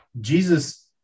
Jesus